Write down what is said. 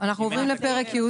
כפול?